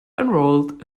enrolled